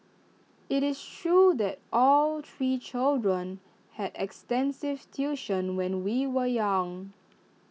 IT is true that all three children had extensive tuition when we were young